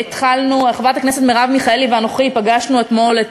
חברת הכנסת מרב מיכאלי ואנוכי פגשנו אתמול את